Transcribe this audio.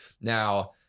Now